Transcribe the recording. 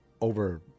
over